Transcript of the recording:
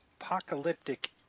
apocalyptic